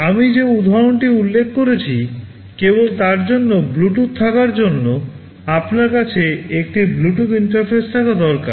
আমি যে উদাহরণটি উল্লেখ করেছি কেবল তার জন্য ব্লুটুথ থাকার জন্য আপনার কাছে একটি ব্লুটুথ ইন্টারফেস থাকা দরকার